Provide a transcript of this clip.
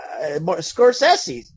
scorsese